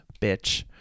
bitch